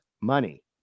money